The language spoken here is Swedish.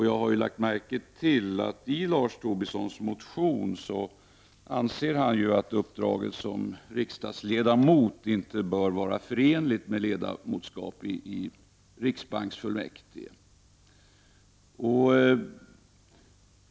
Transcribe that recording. Jag har lagt märke till att Lars Tobisson i sin motion anser att uppdrag som riksdagsledamot inte bör vara förenligt med ledamotskap i riksbanksfullmäktige.